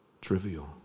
trivial